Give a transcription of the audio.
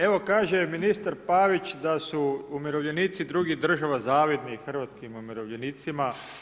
Evo, kaže ministar Pavić da su umirovljenici drugih država zavidni hrvatskim umirovljenicima.